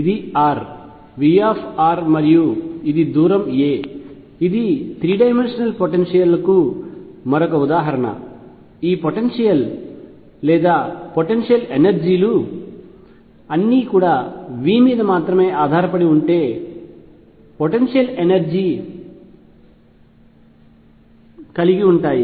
ఇది r V మరియు ఇది దూరం a ఇది 3 డైమెన్షనల్ పొటెన్షియల్ లకు మరొక ఉదాహరణ ఈ పొటెన్షియల్ లేదా పొటెన్షియల్ ఎనర్జీ లు అన్నీ V మీద మాత్రమే ఆధారపడి ఉండే పొటెన్షియల్ ఎనర్జీ ని కలిగి ఉంటాయి